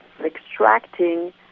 extracting